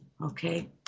okay